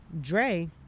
Dre